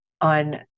on